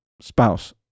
spouse